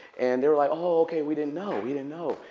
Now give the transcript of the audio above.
and they're like, oh, ok, we didn't know, we didn't know.